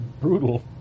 brutal